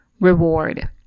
reward